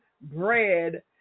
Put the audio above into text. bread